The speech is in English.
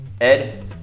Ed